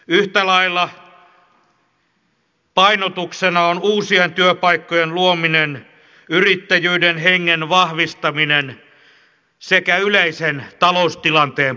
yhtä lailla painotuksena on uusien työpaikkojen luominen yrittäjyyden hengen vahvistaminen sekä yleisen taloustilanteen parantaminen